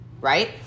right